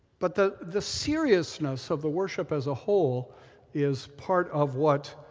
but the the seriousness of the worship as a whole is part of what